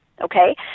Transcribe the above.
Okay